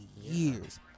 years